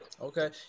Okay